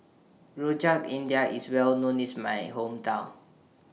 Rojak India IS Well known IS My Hometown